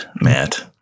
Matt